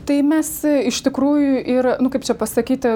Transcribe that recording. tai mes iš tikrųjų ir nu kaip čia pasakyti